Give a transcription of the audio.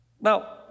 Now